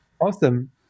Awesome